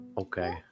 Okay